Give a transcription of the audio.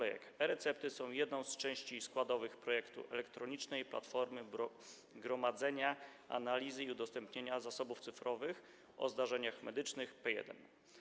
E-recepty są jedną z części składowych projektu Elektronicznej Platformy Gromadzenia, Analizy i Udostępniania Zasobów Cyfrowych o Zdarzeniach Medycznych P1.